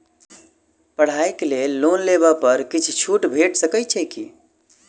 पढ़ाई केँ लेल लोन लेबऽ पर किछ छुट भैट सकैत अछि की?